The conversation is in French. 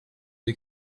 des